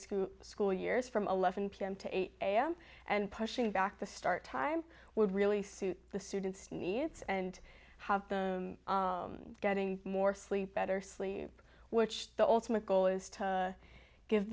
school school years from eleven pm to eight am and pushing back the start time would really suit the students needs and have them getting more sleep better sleep which the ultimate goal is to give